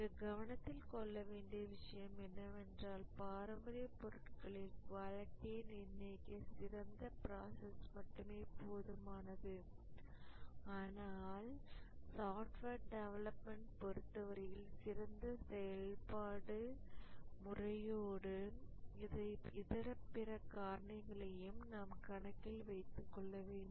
இங்கு கவனத்தில் கொள்ள வேண்டிய விஷயம் என்னவெனில் பாரம்பரிய பொருட்களில் குவாலிட்டியை நிர்ணயிக்க சிறந்த ப்ராசஸ் மட்டுமே போதுமானது ஆனால் சாஃப்ட்வேர் டெவலப்மென்ட் பொருத்தவரையில் சிறந்த செயல் முறையோடு இதர பிற காரணிகளையும் நாம் கணக்கில் வைத்துக் கொள்ள வேண்டும்